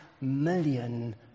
million